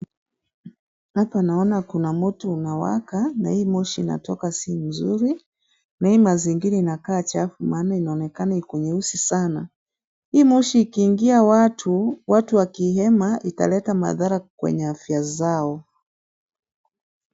Hapa naona kuna moto unawaka na hii moshi inatoka si mzuri na hii mazingira inakaa chafu maana inaonekana iko nyeusi sana. Hii moshi ikiingia watu, watu wakihema italeta madhara kwenye afya zao.